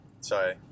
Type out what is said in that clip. sorry